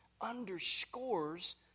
underscores